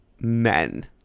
men